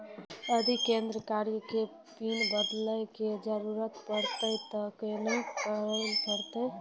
यदि credit card के pin बदले के जरूरी परतै ते की करे परतै?